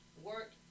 work